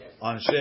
on